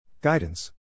Guidance